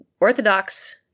Orthodox